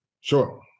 Sure